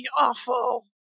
awful